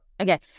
okay